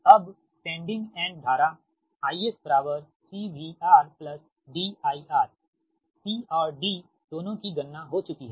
अब sending end धारा IS C VR D IR C और D दोनों की गणना हो चूँकि है